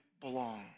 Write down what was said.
belong